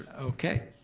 okay,